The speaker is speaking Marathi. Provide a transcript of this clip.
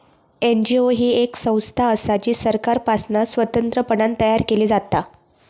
एन.जी.ओ ही येक संस्था असा जी सरकारपासना स्वतंत्रपणान तयार केली जाता